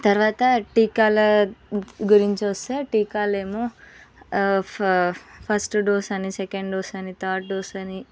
తరువాత టీకాల గురించి వస్తే టీకాలేమో ఫస్ట్ డోస్ అని సెకండ్ డోస్ అని థర్డ్ డోస్ అని